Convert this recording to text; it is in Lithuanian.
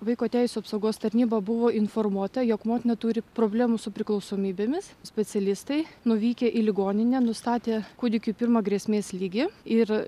vaiko teisių apsaugos tarnyba buvo informuota jog motina turi problemų su priklausomybėmis specialistai nuvykę į ligoninę nustatė kūdikiui pirmą grėsmės lygį ir